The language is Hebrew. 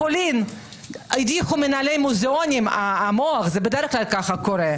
עופר כסיף מנהיג האופוזיציה, זה אומר הכול.